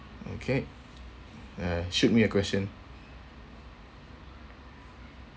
okay uh shoot me a question